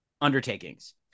undertakings